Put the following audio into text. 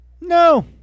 no